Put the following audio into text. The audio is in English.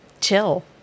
chill